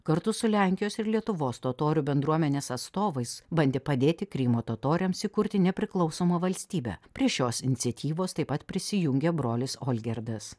kartu su lenkijos ir lietuvos totorių bendruomenės atstovais bandė padėti krymo totoriams įkurti nepriklausomą valstybę prie šios iniciatyvos taip pat prisijungė brolis olgirdas